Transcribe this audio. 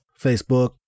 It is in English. Facebook